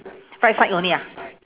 right side only ah